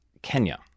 Kenya